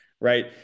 Right